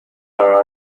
are